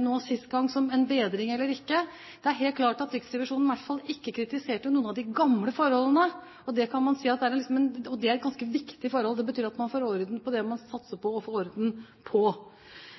nå sist som en bedring eller ikke. Det er helt klart at Riksrevisjonen i hvert fall ikke kritiserte noen av de gamle forholdene, og det er ganske viktig. Det betyr at man får orden på det man satser på å få orden på.